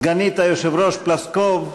סגנית היושב-ראש פלוסקוב,